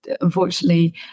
unfortunately